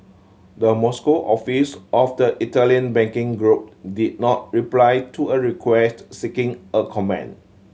the Moscow office of the Italian banking group did not reply to a request seeking a comment